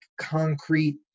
concrete